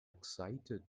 excited